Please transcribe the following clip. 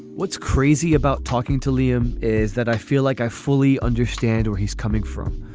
what's crazy about talking to liam is that i feel like i fully understand where he's coming from.